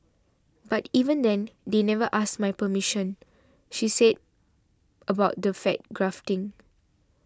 but even then they never asked my permission she said about the fat grafting